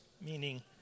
meaning